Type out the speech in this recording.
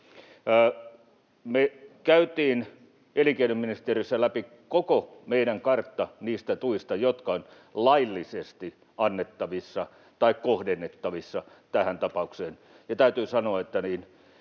Me käytiin elinkeinoministeriössä läpi koko meidän karttamme niistä tuista, jotka ovat laillisesti annettavissa tai kohdennettavissa tähän tapaukseen, ja täytyy sanoa, että